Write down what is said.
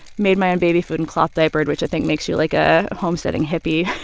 made my own baby food and cloth diapered, which, i think, makes you like a homesteading hippie.